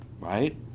right